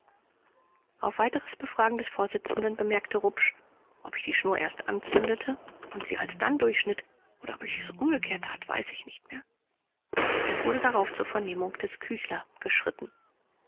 auf weiteres befragen des vorsitzenden bemerkte rupsch ob ich die schnur erst anzündete und sie alsdann durchschnitt oder ob ich es umgekehrt tat weiß ich nicht mehr es wurde darauf zur vernehmung des küchler geschritten